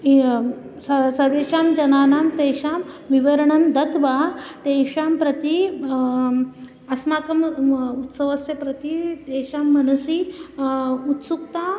स सर्वेषां जनानां तेषां विवरणं दत्वा तेषां प्रति अस्माकम् उत्सवस्य प्रति तेषां मनसि उत्सुकता